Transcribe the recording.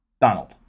Donald